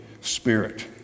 Spirit